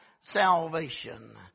salvation